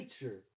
nature